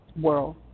world